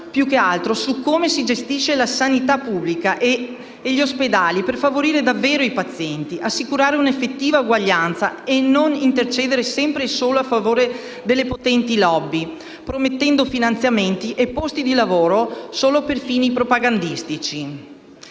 più che altro, su come si gestisce la sanità pubblica e gli ospedali per favorire davvero i pazienti, assicurare una effettiva uguaglianza e non intercedere sempre e solo a favore delle potenti *lobby*, promettendo finanziamenti e posti di lavoro solo per fini propagandistici.